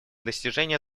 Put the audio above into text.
достижение